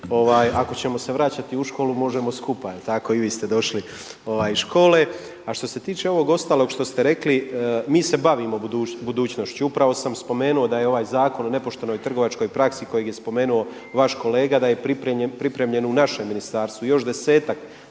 Ako ćemo se vraćati u školu možemo skupa, jel' tako i vi ste došli iz škole. A što se tiče ovog ostalog što ste rekli mi se bavimo budućnošću. Upravo sam spomenuo da je ovaj Zakon o nepoštenoj trgovačkoj praksi kojeg je spomenuo vaš kolega da je pripremljen u našem ministarstvu, još desetak